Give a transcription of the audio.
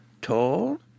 tall